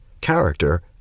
character